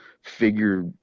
figure